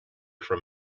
from